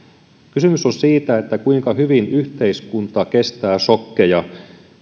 kysymys on siitä kuinka hyvin yhteiskunta kestää sokkeja